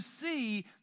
see